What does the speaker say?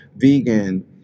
vegan